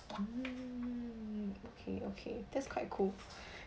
mm okay okay that's quite cool